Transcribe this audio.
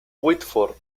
whitford